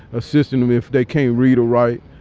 assisting them if they can't read or write.